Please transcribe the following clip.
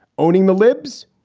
owning the lips,